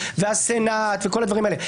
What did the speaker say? הסנט וכל הדברים האלה.